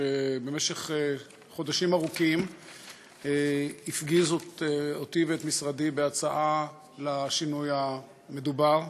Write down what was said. שבמשך חודשים ארוכים הפגיז אותי ואת משרדי בהצעה לשינוי המדובר,